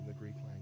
language